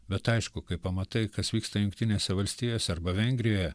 bet aišku kai pamatai kas vyksta jungtinėse valstijose arba vengrijoje